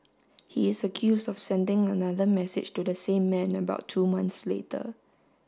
he is accused of sending another message to the same man about two months later